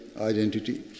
identity